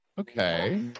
Okay